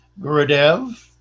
Gurudev